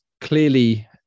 clearly